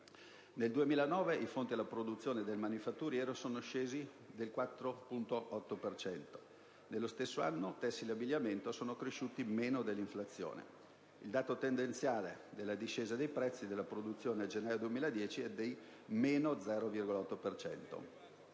Nel 2009 i prezzi alla produzione del manifatturiero sono scesi del 4,8 per cento; nello stesso anno, tessile e abbigliamento sono cresciuti meno dell'inflazione. Il dato tendenziale della discesa dei prezzi della produzione generale 2010 è pari a meno 0,8